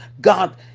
God